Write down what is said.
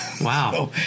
Wow